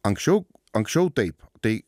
anksčiau anksčiau taip tai